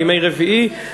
בימי רביעי,